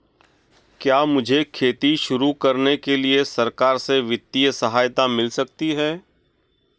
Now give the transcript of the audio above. क्या मुझे खेती शुरू करने के लिए सरकार से वित्तीय सहायता मिल सकती है?